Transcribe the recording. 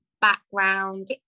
background